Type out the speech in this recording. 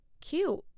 cute